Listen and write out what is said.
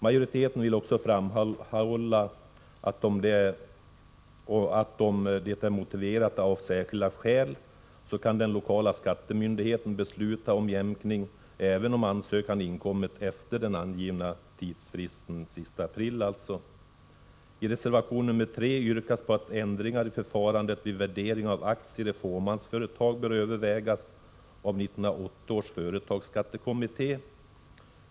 Majoriteten vill också framhålla att den lokala skattemyndigheten, om det är motiverat av särskilda skäl, kan besluta om jämkning även om ansökan inkommit efter den angivna tidsfristen, dvs. den 30 april. aktier i fåmansföretag bör övervägas av 1980 års företagsskattekommitté.